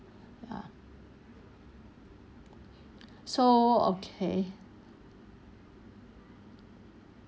ya so okay